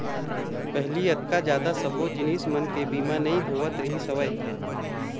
पहिली अतका जादा सब्बो जिनिस मन के बीमा नइ होवत रिहिस हवय